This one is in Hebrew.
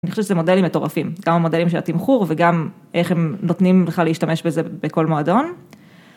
אני חושבת שזה מודלים מטורפים, גם המודלים של התמחור וגם איך הם נותנים בכלל להשתמש בזה בכל מועדון.